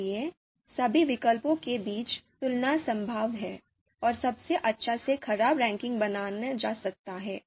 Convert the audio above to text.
इसलिए सभी विकल्पों के बीच तुलना संभव है और सबसे अच्छी से खराब रैंकिंग बनाई जा सकती है